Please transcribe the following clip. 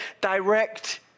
direct